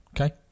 Okay